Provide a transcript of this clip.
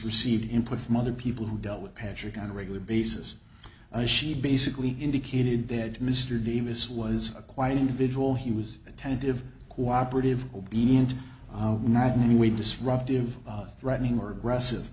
received input from other people who dealt with patrick on a regular basis and she basically indicated that mr davis was quite an individual he was attentive cooperative obedient not in any way disruptive threatening more aggressive